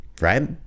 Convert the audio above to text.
right